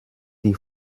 die